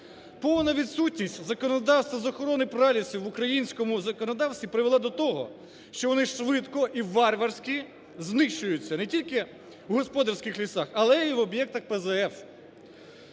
Повна відсутність законодавства з охорони пралісів в українському законодавстві привела до того, що вони швидко і варварські знищуються не тільки у господарських лісах, але і в об'єктах ПЗФ,